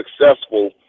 successful